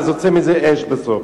אז יוצא מזה אש בסוף.